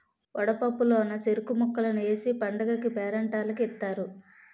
వడపప్పు లోన సెరుకు ముక్కలు ఏసి పండగకీ పేరంటాల్లకి ఇత్తారు